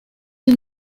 une